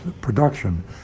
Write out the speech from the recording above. production